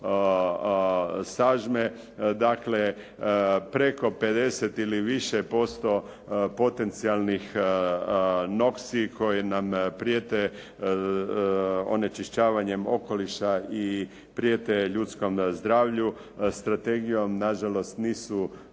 sažme dakle preko 50 ili više posto potencijalnih noksi koje nam prijete onečišćavanjem okoliša i prijete ljudskom zdravlju, strategijom nažalost nisu